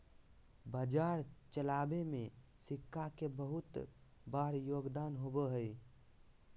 बाजार चलावे में सिक्का के बहुत बार योगदान होबा हई